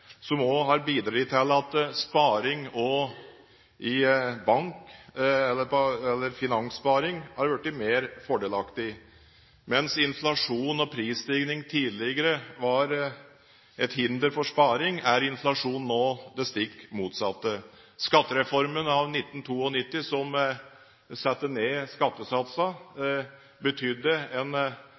som også har bidratt til at sparing i bank – eller finanssparing – har blitt mer fordelaktig. Mens inflasjon og prisstigning tidligere var et hinder for sparing, er inflasjon nå det stikk motsatte. Skattereformen av 1992, der en satte ned skattesatsene, var en